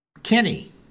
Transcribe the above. Kenny